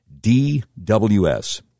DWS